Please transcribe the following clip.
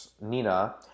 Nina